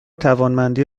توانمندی